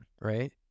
Right